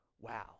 wow